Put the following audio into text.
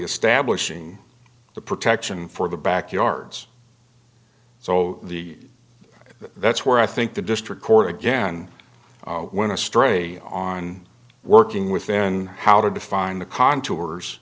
establishing the protection for the back yards so the that's where i think the district court again went to stray on working with then how to define the contours